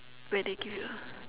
where they give you a